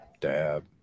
dab